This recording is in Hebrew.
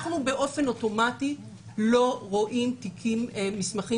אנחנו באופן אוטומטי לא רואים מסמכים